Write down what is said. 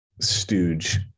stooge